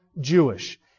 Jewish